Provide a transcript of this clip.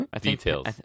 Details